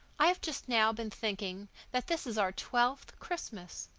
i have just now been thinking that this is our twelfth christmas.